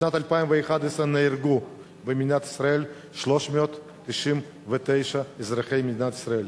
בשנת 2011 נהרגו במדינת ישראל 399 אזרחי מדינת ישראל,